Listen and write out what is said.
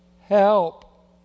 help